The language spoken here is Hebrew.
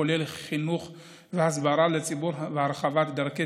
הכולל חינוך והסברה לציבור והרחבת דרכי